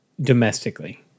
domestically